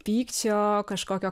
pykčio kažkokio